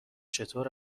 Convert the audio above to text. چطور